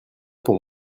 pour